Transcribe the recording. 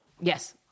Yes